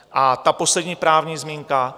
A ta poslední právní zmínka.